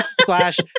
slash